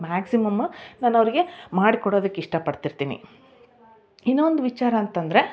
maximum ನಾನು ಅವರಿಗೆ ಮಾಡಿ ಕೊಡೋದಕ್ಕೆ ಇಷ್ಟ ಪಟ್ಟಿರ್ತೀನಿ ಇನ್ನೊಂದು ವಿಚಾರ ಅಂತ ಅಂದ್ರೆ